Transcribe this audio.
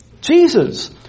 Jesus